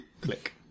Click